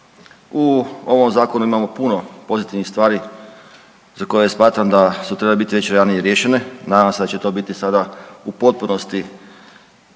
U ovom zakonu imamo puno pozitivnih stvari za koje smatram da su trebale biti već ranije riješene, nadam se da će to biti sada u potpunosti